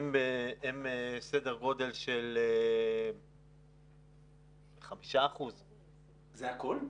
הם סדר-גודל של 5%. זה הכול?